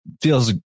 feels